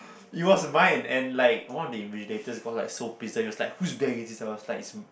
it was mine and like all the invigilators were like so pissed they were like who's bag is this i was like